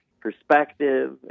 perspective